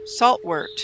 saltwort